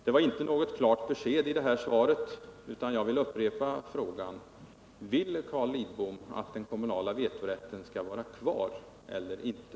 Det var inte något klart besked i detta svar, och jag vill upprepa frågan: Vill Carl Lidbom att den kommunala vetorätten skall vara kvar eller inte?